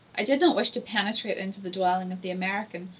i did not wish to penetrate into the dwelling of the american,